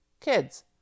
kids